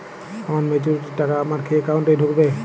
আমার ম্যাচুরিটির টাকা আমার কি অ্যাকাউন্ট এই ঢুকবে?